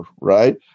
right